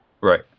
right